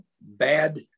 bad